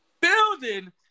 building